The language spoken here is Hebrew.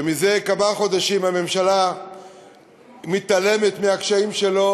שזה כמה חודשים הממשלה מתעלמת מהקשיים שלו,